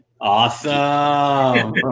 Awesome